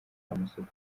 amasoko